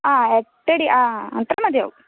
ആ എട്ടടി ആ അത്ര മതിയാവും